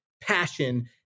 passion